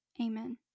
Amen